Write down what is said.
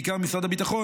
בעיקר משרד הביטחון,